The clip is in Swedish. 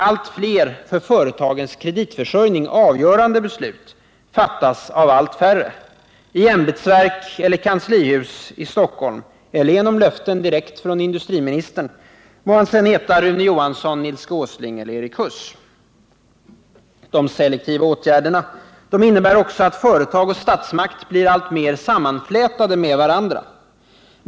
Allt fler för företagens kreditförsörjning avgörande beslut fattas av allt färre —i ämbetsverk eller kanslihus i Stockholm eller genom löften direkt från industriministern, må han sedan heta Rune Johansson, Nils G Åsling eller Erik Huss. De selektiva åtgärderna innebär också att företag och statsmakt blir alltmer sammanflätade med varandra.